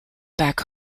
back